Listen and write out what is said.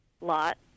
lot